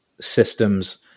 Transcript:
systems